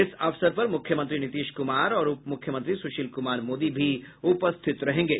इस अवसर पर मुख्यमंत्री नीतीश कुमार और उपमुख्यमंत्री सुशील कुमार मोदी भी उपस्थित रहेंगे